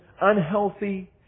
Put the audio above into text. unhealthy